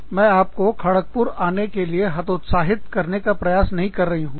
मैं आपको खड़गपुर आने के लिए हतोत्साहित करने का प्रयास नहीं कर रही हूँ